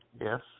Yes